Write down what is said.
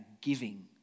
giving